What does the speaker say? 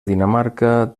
dinamarca